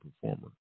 performer